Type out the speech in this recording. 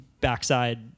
backside